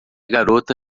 garota